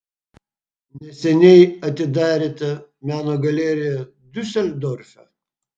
neseniai atidarėte meno galeriją diuseldorfe